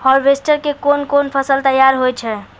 Harvester के कोन कोन फसल तैयार होय छै?